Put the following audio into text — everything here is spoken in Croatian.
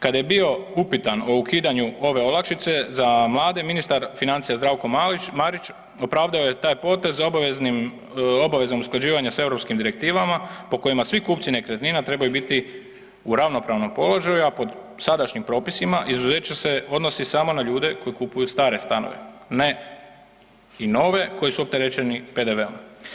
Kada je bio upitan o ukidanju ove olakšice za mlade ministar financija Zdravko Marić opravdao je taj potez obavezom usklađivanja s europskim direktivama po kojima svi kupci nekretnina trebaju biti u ravnopravnom položaju, a po sadašnjim propisima izuzeće se odnosi samo na ljude koji kupuju stare stanove, ne i nove koji su opterećeni PDV-om.